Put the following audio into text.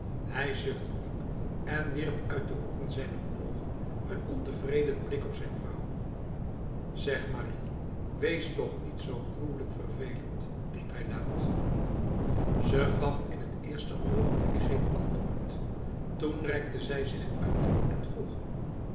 hij zuchtte diep en wierp uit de hoeken zijner ogen een ontevreden blik op zijn vrouw zeg marie wees toch niet zo gruwelijk vervelend riep hij luid ze gaf in het eerste ogenblik geen antwoord toen rekte zij zich uit en vroeg